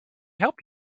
help